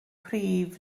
prif